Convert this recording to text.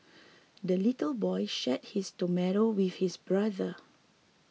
the little boy shared his tomato with his brother